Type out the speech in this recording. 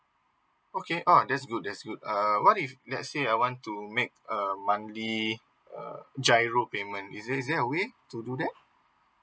okay oh that's good that's good uh what if let's say I want to make a monthly uh giro payment is there is there a way to do that